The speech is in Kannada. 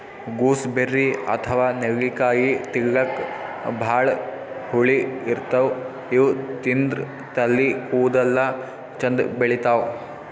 ಗೂಸ್ಬೆರ್ರಿ ಅಥವಾ ನೆಲ್ಲಿಕಾಯಿ ತಿಲ್ಲಕ್ ಭಾಳ್ ಹುಳಿ ಇರ್ತವ್ ಇವ್ ತಿಂದ್ರ್ ತಲಿ ಕೂದಲ ಚಂದ್ ಬೆಳಿತಾವ್